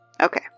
Okay